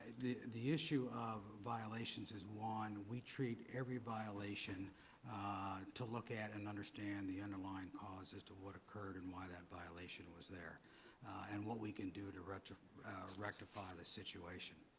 the the issue of violations is one we treat every violation to look at and understand the underlying cause as to what occurred and why that violation was there and what we can do to rectify rectify the situation.